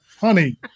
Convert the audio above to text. Honey